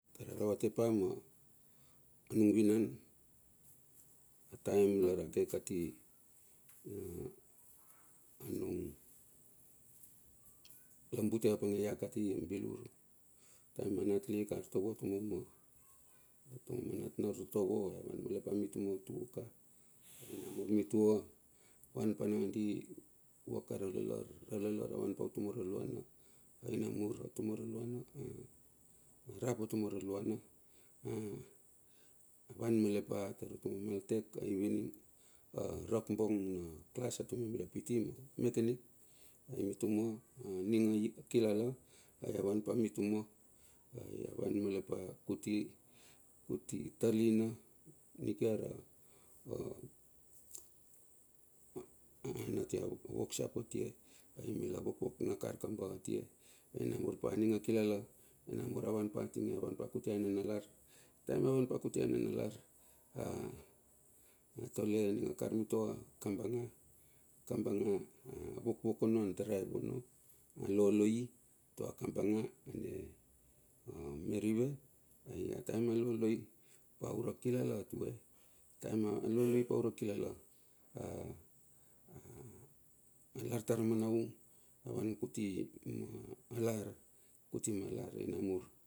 Aravate pa manung vinan taem lar ake kati, anuk la bute apange ia kati bilur. Ataem anatlik artovo atuma ma nat na artovo, ai avan malet pa utuma ka ai namur mitua avan nangadi vuaka ralalar, ralalar avan pa utum raluana ai namur arap atuma raluana avan malet pa tar utuma maltecha rakbong na klas mila piti ma mechanic. Ai mituma, aning a kilala ai avan pa mituma avan malet kuti talina nikiar an atie a woksap atie ai mila wok wok na kar kamba atinge. Ai namur pa ning akilala ai namur avan pa tinge avan pa kuti a nanalar taem a van pa kuti ananalar. Taem a van pa kuti ananalar, a tole aninga kar mitua kambanga awokwok ono adraep ono a loloi atua kambanga ane meri uve pa ura kilala tue. Ataem a loloi pa ura kilala tue alar, tara manaung, ai avan kuti malar.